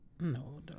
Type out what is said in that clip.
No